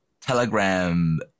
telegram